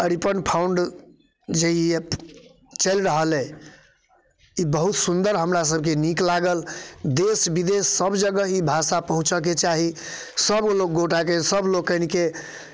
अरिपन found जे ई चलि रहल अइ ई बहुत सुन्दर हमरा सबके नीक लागल देश विदेश सब जगह ई भाषा पहुँचऽके चाही सब गोटाके सब लोकनिके